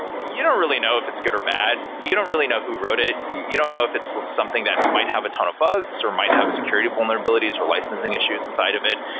you don't really know if it's good or bad. you don't really know who wrote it. you don't know if it's something that might have a ton of bugs or might have security vulnerabilities or licensing issues inside of it.